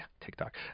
tiktok